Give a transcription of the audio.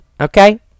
okay